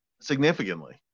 significantly